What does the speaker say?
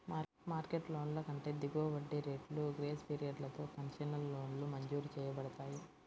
market లోన్ల కంటే దిగువ వడ్డీ రేట్లు, గ్రేస్ పీరియడ్లతో కన్సెషనల్ లోన్లు మంజూరు చేయబడతాయి